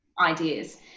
ideas